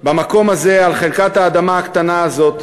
במקום הזה, על חלקת האדמה הקטנה הזאת,